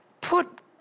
put